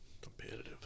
competitive